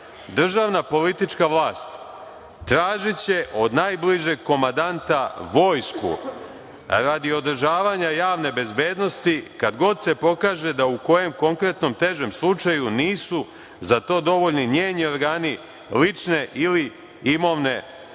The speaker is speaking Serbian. „Državna politička vlast tražiće od najbližeg komandanta vojsku radi održavanja javne bezbednosti kad god se pokaže da u kojem konkretnom težem slučaju nisu za to dovoljni njeni organi lične ili imovne